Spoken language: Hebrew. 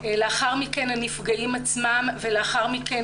לאחר מכן הנפגעים עצמם ולאחר מכן